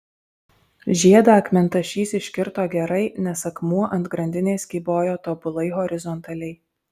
žiedą akmentašys iškirto gerai nes akmuo ant grandinės kybojo tobulai horizontaliai